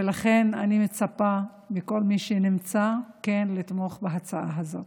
ולכן אני מצפה מכל מי שנמצא כן לתמוך בהצעה הזאת.